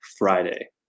friday